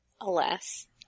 alas